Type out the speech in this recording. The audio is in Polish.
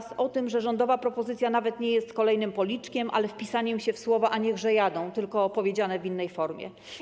Mówi też o tym, że rządowa propozycja nawet nie jest kolejnym policzkiem, ale wpisaniem się w słowa: „a niechże jadą”, tylko wypowiedziane w innej formie.